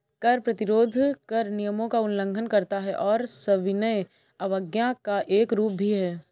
कर प्रतिरोध कर नियमों का उल्लंघन करता है और सविनय अवज्ञा का एक रूप भी है